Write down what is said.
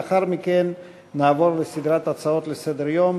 לאחר מכן נעבור לסדרת הצעות לסדר-היום